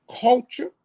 culture